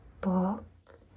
book